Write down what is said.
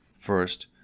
First